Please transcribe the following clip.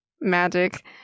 magic